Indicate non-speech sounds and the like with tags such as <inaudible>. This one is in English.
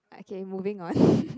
okay moving on <breath>